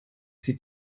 sie